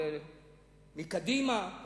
מקדימה,